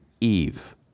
Eve